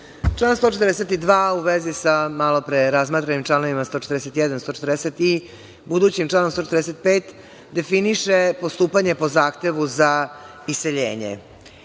Član 142, a u vezi sa malopre razmatranim članovima 141,140. i budućim članu 145, definiše postupanje po zahtevu za iseljenje.